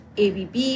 ABB